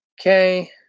okay